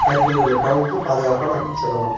அருகில் உள்ள டவுனுக்கு பாதுகாப்பாக நாம் செல்லலாம்